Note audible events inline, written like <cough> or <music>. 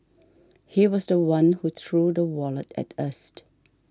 he was the one who threw the wallet at us <noise>